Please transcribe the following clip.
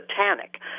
satanic